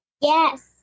Yes